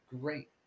Great